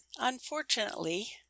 Unfortunately